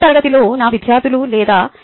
tech తరగతిలో నా విద్యార్థులు లేదా M